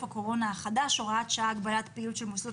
הקורונה החדש (הוראת שעה) (הגבלת פעילות של מוסדות